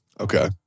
Okay